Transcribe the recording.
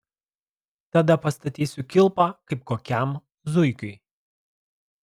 tada pastatysiu kilpą kaip kokiam zuikiui